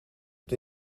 het